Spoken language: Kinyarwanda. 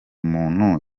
muntu